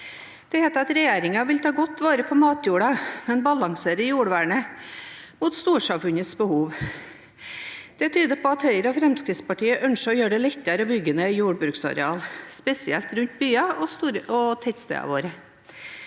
Det heter at regjeringenvil ta godt vare på matjorden, men balansere jordvernet mot storsamfunnets behov. Det tyder på at Høyre og Fremskrittspartiet ønsker å gjøre det lettere å bygge ned jordbruksareal, spesielt rundt byene og tettstedene våre.